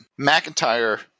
mcintyre